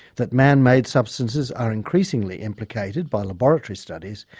that man-made substances are increasingly implicated by laboratory studies,